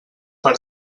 per